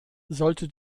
sollte